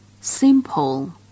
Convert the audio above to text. SIMPLE